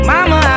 Mama